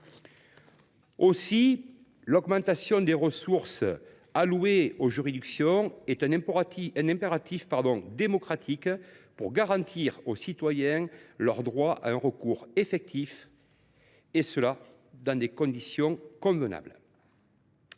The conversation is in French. Aussi l’augmentation des ressources allouées aux juridictions est elle un impératif démocratique, pour garantir aux citoyens leur droit à un recours effectif, et ce dans des conditions convenables.